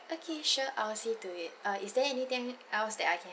okay sure I will see to it uh is there anything else that I can